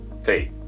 Faith